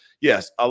Yes